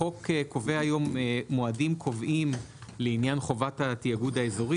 החוק קובע היום מועדים קובעים לעניין חובת התאגוד האזורי